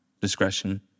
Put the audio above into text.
Discretion